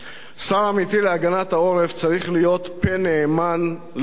שר אמיתי להגנת העורף צריך להיות פה נאמן לאזרחים